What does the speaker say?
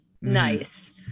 Nice